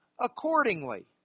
accordingly